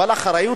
אבל האחריות